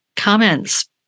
comments